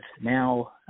now